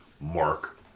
Mark